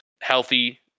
healthy